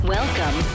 Welcome